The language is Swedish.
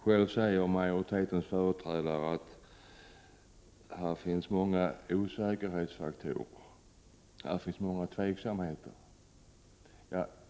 Själv säger majoritetens företrädare att det finns många osäkerhetsfaktorer och tveksamheter.